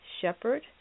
Shepherd